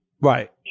Right